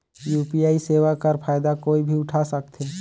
UPI सेवा कर फायदा कोई भी उठा सकथे?